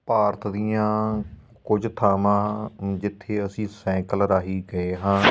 ਭਾਰਤ ਦੀਆਂ ਕੁਝ ਥਾਵਾਂ ਜਿੱਥੇ ਅਸੀਂ ਸੈਂਕਲ ਰਾਹੀਂ ਗਏ ਹਾਂ